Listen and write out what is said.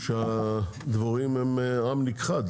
שהדבורים הם עם נכחד.